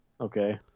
Okay